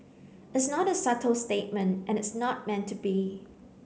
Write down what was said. it's not a subtle statement and it's not meant to be